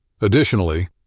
Additionally